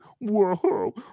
Whoa